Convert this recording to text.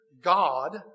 God